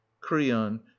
creon